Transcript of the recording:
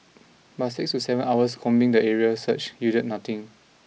but six to seven hours combing the area search yielded nothing